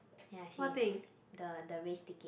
ya she's the the race ticket